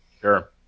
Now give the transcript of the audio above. Sure